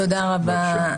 תודה רבה,